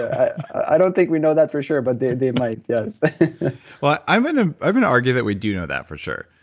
i don't think we know that for sure, but they they might, yes but i'm going ah to argue that we do know that for sure,